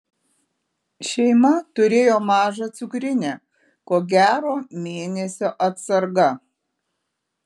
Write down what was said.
šeima turėjo mažą cukrinę ko gero mėnesio atsarga